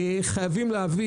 חייבים להביא,